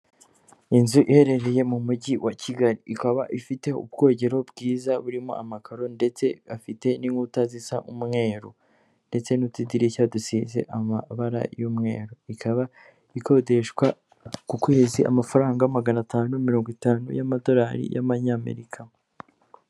Inzu iherereye mu mujyi wa Kigali, ikaba ifite ubwogero bwiza burimo amakaro ndetse afite n'inkuta zisa umweru ndetse n'utudirishya dusize amabara y'umweru, ikaba ikodeshwa ku kwezi amafaranga magana atanu mirongo itanu y'amadolari y'amanyamerika.